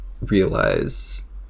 realize